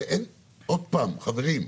עוד פעם, חברים,